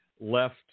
left